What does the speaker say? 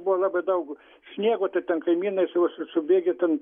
buvo labai daug sniego tai ten kaimynai subėgę ten